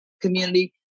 community